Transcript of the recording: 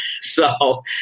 So-